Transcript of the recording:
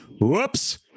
whoops